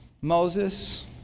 Moses